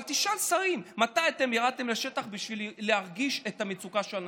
אבל תשאל שרים: מתי אתם ירדתם לשטח בשביל להרגיש את המצוקה של האנשים?